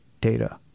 data